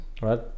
right